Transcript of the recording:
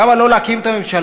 למה לא להקים את הממשלה?